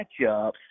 matchups